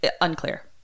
Unclear